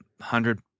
hundred